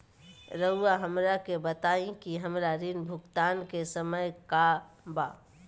रहुआ हमरा के बताइं कि हमरा ऋण भुगतान के समय का बा?